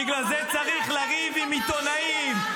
בגלל זה צריך לריב עם עיתונאים?